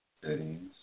Settings